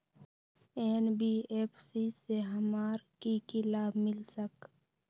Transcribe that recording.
NBFC से हमार की की लाभ मिल सक?